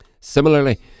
Similarly